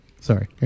Sorry